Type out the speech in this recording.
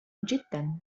جدا